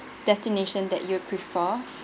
destination that you'd prefer